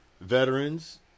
veterans